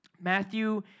Matthew